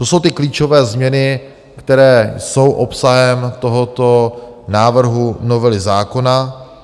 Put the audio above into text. To jsou ty klíčové změny, které jsou obsahem tohoto návrhu novely zákona.